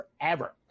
forever